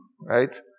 right